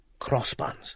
Crossbuns